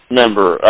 member